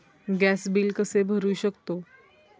Gas bill कसे भरू शकतो?